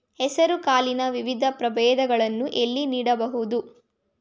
ಹೆಸರು ಕಾಳಿನ ವಿವಿಧ ಪ್ರಭೇದಗಳನ್ನು ಎಲ್ಲಿ ನೋಡಬಹುದು?